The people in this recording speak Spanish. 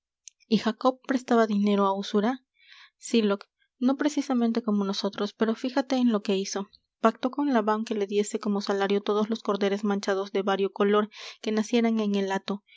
y jacob prestaba dinero á usura sylock no precisamente como nosotros pero fíjate en lo que hizo pactó con laban que le diese como salario todos los corderos manchados de vario color que nacieran en el hato